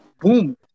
boom